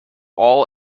all